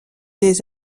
des